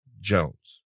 Jones